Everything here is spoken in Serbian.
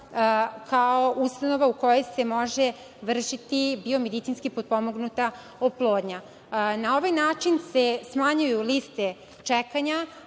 kao usluga u kojoj se može vršiti biomedicinski potpomognuta oplodnja. Na ovaj način se smanjuju liste čekanja,